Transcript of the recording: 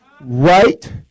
right